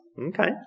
Okay